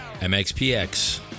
MXPX